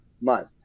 month